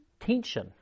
tension